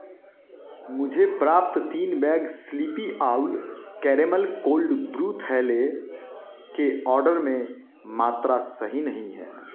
मुझे प्राप्त तीन bag sleepy owl caramel cold brew थैले के आर्डर में मात्रा सही नहीं है